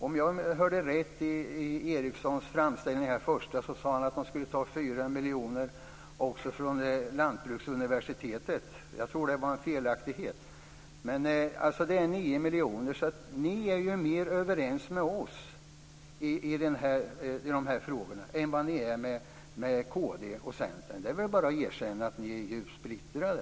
Om jag hörde rätt i Erikssons första framställning sade han att ni ska ta 4 miljoner kronor från lantbruksuniversitetet. Jag tror att det var en felaktighet. Det blir 9 miljoner kronor. Ni är mer överens med oss i frågorna än vad ni är med kd och Centern. Det är väl bara att erkänna att ni är splittrade!